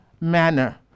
manner